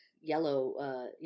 yellow